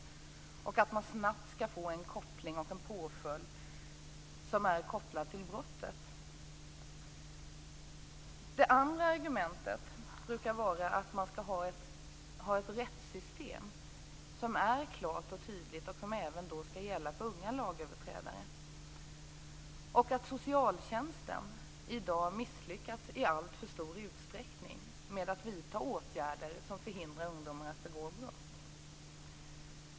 Dessutom skall man snabbt få koppling och en påföljd kopplad till brottet. Det andra argumentet brukar vara att rättssystemet skall vara klart och tydligt och att det även skall gälla för unga lagöverträdare. Vidare handlar det om att socialtjänsten i dag i alltför stor utsträckning misslyckas med att vidta åtgärder som förhindrar ungdomar att begå brott.